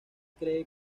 cree